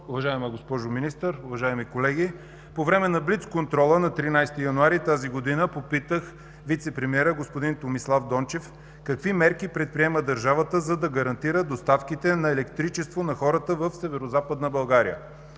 Уважаема госпожо Министър, уважаеми колеги, по време на блицконтрола на 13 януари тази година попитах вицепремиера господин Томислав Дончев: какви мерки предприема държавата, за да гарантира доставките на електричество на хората в Северозападна България?